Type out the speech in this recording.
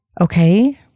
okay